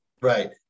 Right